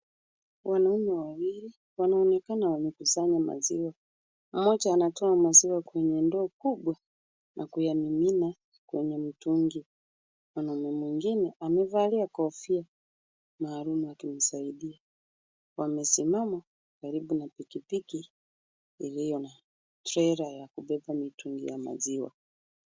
Wanaume wawili wanaonekana wamekusanya maziwa. Mmoja anatoa maziwa kwenye ndoo kubwa na kuyamimina kwenye mtungi. Mwanaume mwingine amevalia kofia maalum akimsaidia. Wamesimama karibu na pikipiki iliyo na trela ya kubeba mitungi ya maziwa.